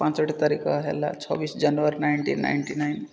ପାଞ୍ଚଟି ତାରିଖ ହେଲା ଛବିଶି ଜାନୁଆରୀ ନାଇନଣ୍ଟିନ ନାଇଣ୍ଟି ନାଇନ